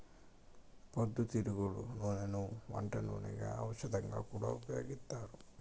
పొద్దుతిరుగుడు నూనెను వంట నూనెగా, ఔషధంగా కూడా ఉపయోగిత్తారు